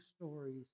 stories